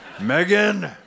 Megan